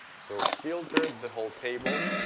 so filter the whole table.